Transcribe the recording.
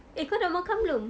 eh kau dah makan belum